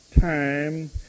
time